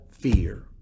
fear